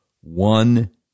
one